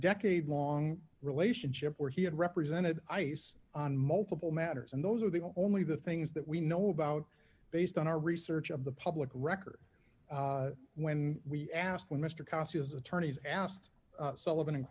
decade long relationship where he had represented ice on multiple matters and those are the only the things that we know about based on our research of the public record when we asked when mr cossey his attorneys asked sullivan